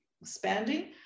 expanding